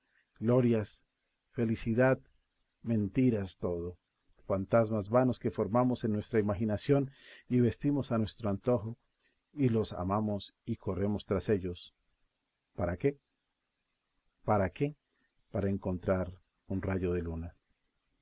glorias felicidad mentiras todo fantasmas vanos que formamos en nuestra imaginación y vestimos a nuestro antojo y los amamos y corremos tras ellos para qué para qué para encontrar un rayo de luna